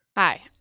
Hi